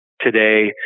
today